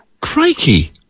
Crikey